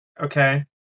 Okay